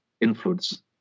influence